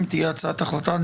אם תהיה הצעת החלטה,